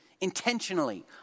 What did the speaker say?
intentionally